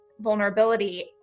vulnerability